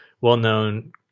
well-known